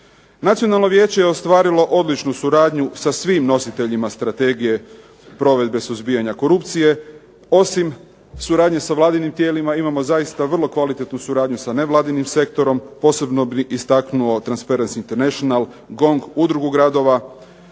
Nacionalno vijeće je ostvarilo odličnu suradnju sa svim nositeljima Strategije provedbe suzbijanja korupcije. Osim suradnje sa Vladinim tijelima imamo zaista vrlo kvalitetnu suradnju sa nevladinim sektorom, posebno bih istaknuo Transparency International, GONG, Udrugu gradova.